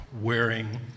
wearing